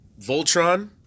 Voltron